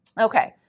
Okay